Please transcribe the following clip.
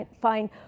find